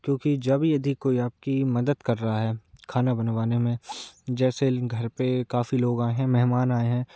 क्योंकि जब यदि कोई आपकी मदद कर रहा है खाना बनवाने में जैसे घर पे काफ़ी लोग आए हैं मेहमान आए हैं